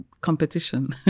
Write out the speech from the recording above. competition